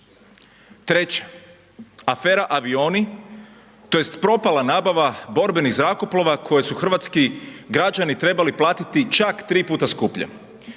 Treće, afera avioni tj. propala nabava borbenih zrakoplova koje su hrvatski građani trebali platiti čak 3 puta skuplje.